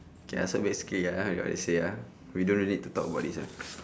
K so basically ya you're say ah we don't really need to talk about this one